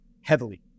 heavily